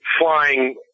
flying